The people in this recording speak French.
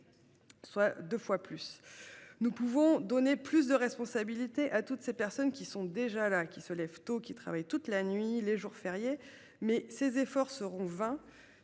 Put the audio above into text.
Soit 2 fois plus. Nous pouvons donner plus de responsabilités à toutes ces personnes qui sont déjà là qui se lèvent tôt qui travaille toute la nuit les jours fériés. Mais ces efforts seront vains